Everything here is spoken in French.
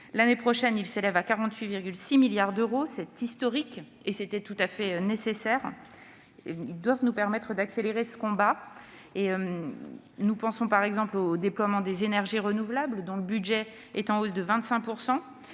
l'année prochaine, à 48,6 milliards d'euros- c'est historique, et c'était tout à fait nécessaire. Ces moyens doivent nous permettre d'accélérer le combat. Nous pensons par exemple au déploiement des énergies renouvelables, dont le budget est en hausse de 25 %.